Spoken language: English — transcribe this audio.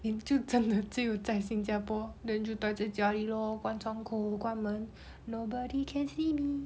你就真的只有在新加坡 then 就待在家里 lor 关窗口关门 nobody can see me